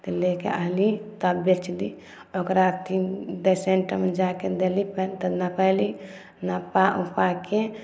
तऽ लेके आली तब बेचली ओकरा तीन सेन्टरमे मे जाके देली फेर तऽ नपेली नपा उपाके